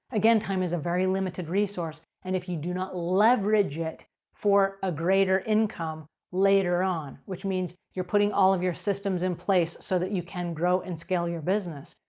again, time is a very limited resource. and if you do not leverage it for a greater income later on, which means you're putting all of your systems in place so that you can grow and scale your business.